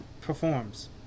performs